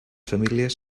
famílies